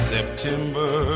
September